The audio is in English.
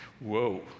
Whoa